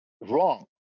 wrong